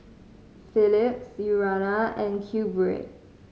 Philips Urana and Q Bread